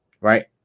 right